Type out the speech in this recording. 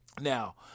Now